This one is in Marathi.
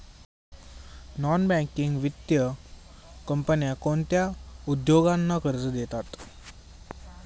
नॉन बँकिंग वित्तीय कंपन्या कोणत्या उद्योगांना कर्ज देतात?